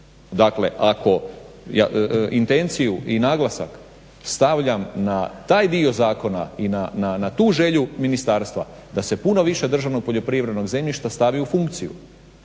Dakle ako intenciju i naglasak stavljam na taj dio zakona i na tu želju Ministarstva da se puno više državnog poljoprivrednog zemljišta stavi u funkciju